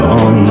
on